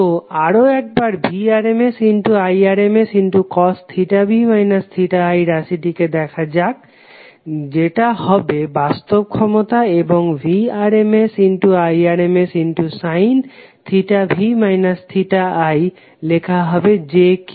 তো আরও একবার Vrms Irmscosv i রাশিটিকে দেখা যাক যেটা হবে বাস্তব ক্ষমতা এবং Vrms Irmssinv i লেখা হবে jQ